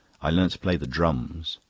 i learnt to play the drums.